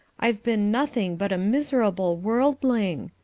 i've been nothing but a miserable worldling.